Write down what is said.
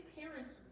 parents